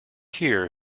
here